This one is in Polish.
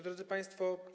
Drodzy Państwo!